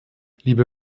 liebe